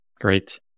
Great